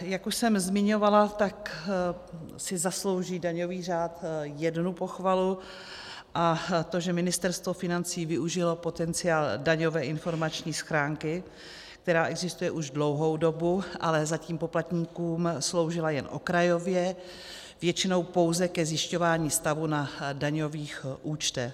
Jak už jsem zmiňovala, tak si zaslouží daňový řád jednu pochvalu, a to že Ministerstvo financí využilo potenciál daňové informační schránky, která existuje už dlouhou dobu, ale zatím poplatníkům sloužila jen okrajově, většinou pouze ke zjišťování stavu na daňových účtech.